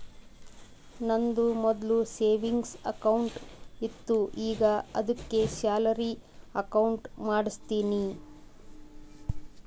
ನಂದು ಮೊದ್ಲು savings account ಇತ್ತು ಈಗ ಆದ್ದುಕೆ ಸ್ಯಾಲರಿ ಅಕೌಂಟ್ ಮಾಡ್ಸಿನಿ